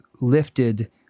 lifted